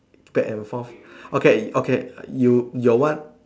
back and forth okay okay you your one